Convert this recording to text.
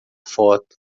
foto